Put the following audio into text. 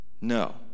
No